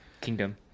kingdom